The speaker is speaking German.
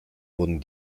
wurden